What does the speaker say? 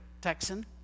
Texan